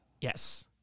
Yes